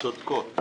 טענות צודקות.